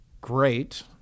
great